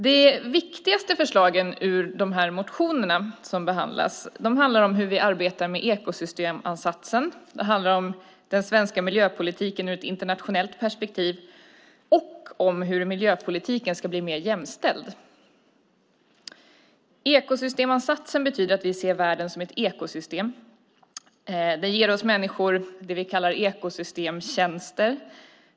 De viktigaste förslagen i motionerna som behandlas handlar om hur vi arbetar med ekosystemansatsen, om den svenska miljöpolitiken ur ett internationellt perspektiv och om hur miljöpolitiken ska bli mer jämställd. Ekosystemansatsen betyder att vi ser världen som ett ekosystem. Den ger oss människor det vi kallar ekosystemtjänster.